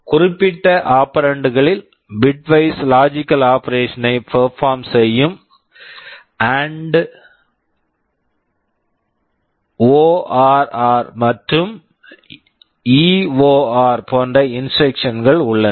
குறிப்பிட்ட operand operand களில் bitwise bitwise logical logical operation operation ஐ பெர்பார்ம் perform செய்யும் எஎன்டி AND ஓஆர்ஆர் ORR மற்றும் ஈஓஆர் EOR போன்ற இன்ஸ்ட்ரக்க்ஷன்ஸ் instructions கள் உள்ளன